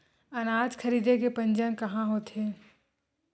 अनाज खरीदे के पंजीयन कहां होथे?